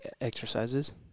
exercises